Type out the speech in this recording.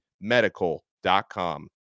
medical.com